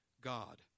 God